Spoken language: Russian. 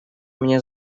мне